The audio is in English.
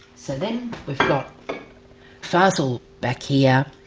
so then we've got fazel back here,